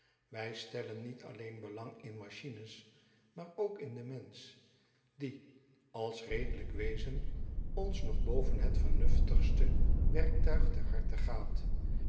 ij stellen niet alleen belang in machines maar ook in den mensch die als redelijk wezen ons nog boven het vernuftigste werktuig ter harte gaat